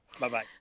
bye-bye